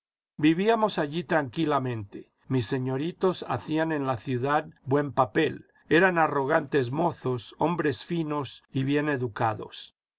vivíamos allí tranquilamente mis señoritos hacían en la ciudad buen papel eran arrogantes mozos hombres finos y bien educados